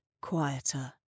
quieter